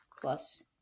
plus